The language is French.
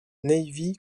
navy